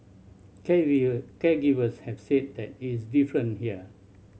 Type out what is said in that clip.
caregivers have said that it is different here